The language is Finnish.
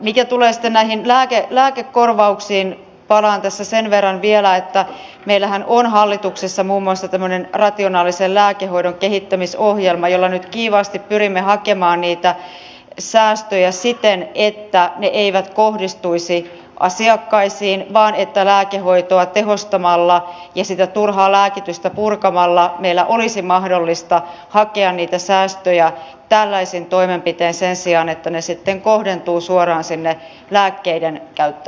mitä tulee sitten näihin lääkekorvauksiin palaan tässä sen verran vielä meillähän on hallituksessa muun muassa tämmöinen rationaalisen lääkehoidon kehittämisohjelma jolla nyt kiivaasti pyrimme hakemaan niitä säästöjä siten että ne eivät kohdistuisi asiakkaisiin vaan että lääkehoitoa tehostamalla ja sitä turhaa lääkitystä purkamalla meillä olisi mahdollista hakea niitä säästöjä tällaisin toimenpitein sen sijaan että ne sitten kohdentuvat suoraan sinne lääkkeiden käyttäjiin